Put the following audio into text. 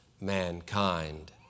mankind